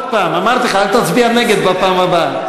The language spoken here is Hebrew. עוד פעם, אמרתי לך: אל תצביע נגד בפעם הבאה.